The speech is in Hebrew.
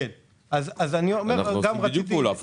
אנחנו עושים בדיוק פעולה הפוכה.